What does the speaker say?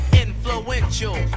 Influential